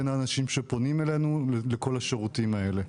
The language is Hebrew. בין האנשים שפונים אלינו לכל השירותים האלה.